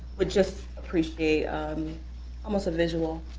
would just appreciate um almost a visual.